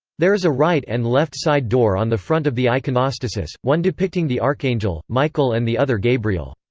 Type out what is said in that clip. there is a right and left side door on the front of the iconostasis, one depicting the archangel, michael and the other gabriel.